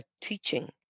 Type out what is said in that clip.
teaching